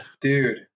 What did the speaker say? dude